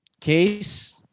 Case